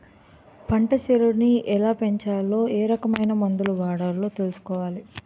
పంటసేలని ఎలాపెంచాలో ఏరకమైన మందులు వాడాలో తెలుసుకోవాలి